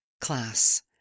class